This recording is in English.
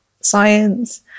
science